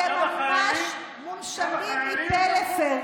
אתם ממש מונשמים מפה לפה.